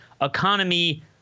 economy